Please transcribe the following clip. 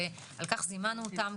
ולכן זימנו אותם,